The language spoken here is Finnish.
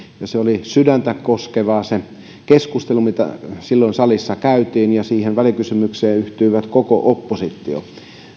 ja se oli sydäntäkoskevaa se keskustelu mitä silloin salissa käytiin ja siihen välikysymykseen yhtyi koko oppositio